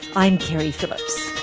i'm keri phillips.